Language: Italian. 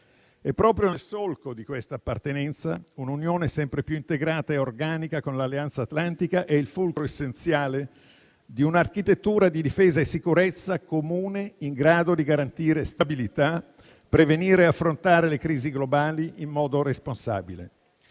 Proprio nel solco di questa appartenenza, un'Unione sempre più integrata e organica con l'Alleanza atlantica è il fulcro essenziale di un'architettura di difesa e sicurezza comune in grado di garantire stabilità e di prevenire e affrontare le crisi globali in modo responsabile.